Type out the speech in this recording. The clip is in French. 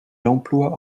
l’emploi